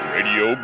Radio